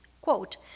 quote